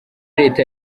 leta